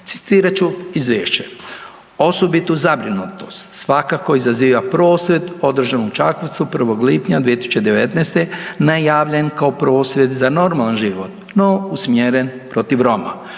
Citirat ću izvješće, osobitu zabrinutost svakako izaziva prosvjed održan u Čakovcu 1. lipnja 2019. najavljen kao prosvjed za normalan život no usmjeren protiv Roma